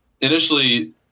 initially